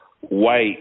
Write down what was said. white